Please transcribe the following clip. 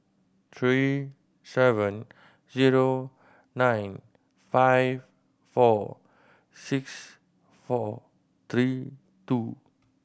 three seven zero nine five four six four three two